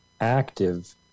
active